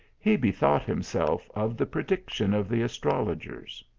he bethought him self of the prediction of the astrologers.